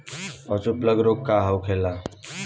पशु प्लग रोग का होखेला?